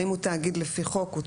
האם הוא תאגיד לפי חוק?